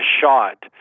shot